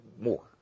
more